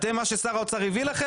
אתם מה ששר האוצר הביא לכם,